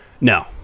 No